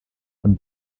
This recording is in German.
von